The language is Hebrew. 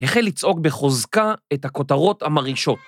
‫החל לצעוק בחוזקה את הכותרות המרעישות.